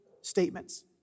statements